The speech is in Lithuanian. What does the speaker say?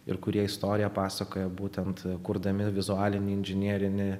ir kurie istoriją pasakoja būtent kurdami vizualinį inžinierinį